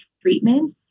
treatment